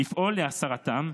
לפעול להסרתם,